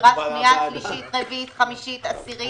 דירה שנייה-שלישית-רביעית-חמישית-עשירית?